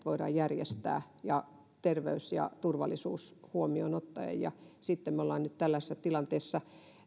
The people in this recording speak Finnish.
voidaan järjestää terveys ja turvallisuus huomioon ottaen ja sitten me olemme nyt tällaisessa tilanteessa